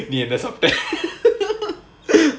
நீ என்ன சாப்பிட்ட:nee enna saappitta